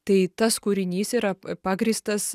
tai tas kūrinys yra pagrįstas